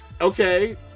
okay